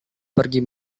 pergi